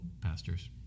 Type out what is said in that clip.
pastors